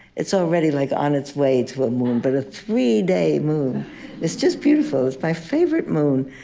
it's already like on its way to a moon, but a three-day moon is just beautiful. it's my favorite moon.